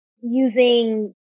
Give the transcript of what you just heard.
using